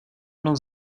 mnou